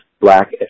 black